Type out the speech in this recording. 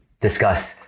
discuss